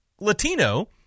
Latino